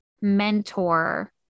mentor